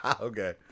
Okay